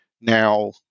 now